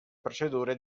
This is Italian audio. procedure